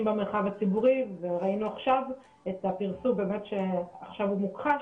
במרחב הציבורי וראינו עכשיו את הפרסום שעכשיו הוא מוכחש,